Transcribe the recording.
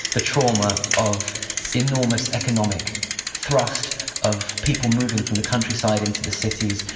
the trauma of enormous economic thrust of people moving from the countryside into the cities,